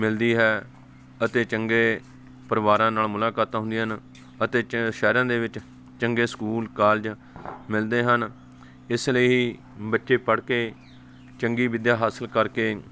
ਮਿਲਦੀ ਹੈ ਅਤੇ ਚੰਗੇ ਪਰਿਵਾਰਾਂ ਨਾਲ ਮੁਲਾਕਾਤਾਂ ਹੁੰਦੀਆਂ ਹਨ ਅਤੇ ਚੰ ਸ਼ਹਿਰਾਂ ਦੇ ਵਿੱਚ ਚੰਗੇ ਸਕੂਲ ਕਾਲਜ ਮਿਲਦੇ ਹਨ ਇਸ ਲਈ ਹੀ ਬੱਚੇ ਪੜ੍ਹ ਕੇ ਚੰਗੀ ਵਿੱਦਿਆ ਹਾਸਲ ਕਰਕੇ